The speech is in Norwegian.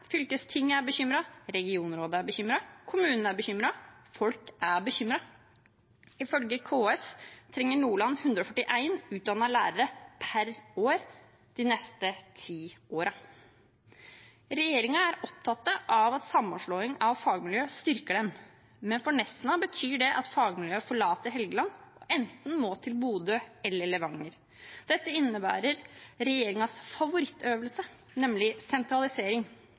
er bekymret, fylkestinget er bekymret, regionrådet er bekymret, kommunene er bekymret – folk er bekymret. Ifølge KS trenger Nordland 141 utdannede lærere per år de neste ti årene. Regjeringen er opptatt av at sammenslåing av fagmiljøer styrker dem. Men for Nesna betyr det at fagmiljøet forlater Helgeland og enten må til Bodø eller Levanger. Dette innebærer regjeringens favorittøvelse, nemlig sentralisering.